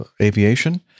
Aviation